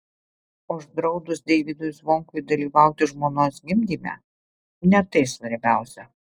uždraudus deivydui zvonkui dalyvauti žmonos gimdyme ne tai svarbiausia